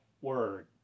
word